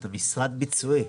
אתם משרד ביצועי.